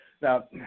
Now